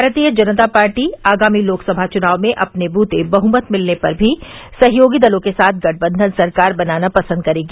भारतीय जनता पार्टी आगामी लोकसभा चुनाव में अपने बूते बहुमत मिलने पर भी सहयोगी दलों के साथ गठबंधन सरकार बनाना पसंद करेगी